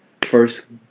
first